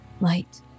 light